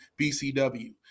BCW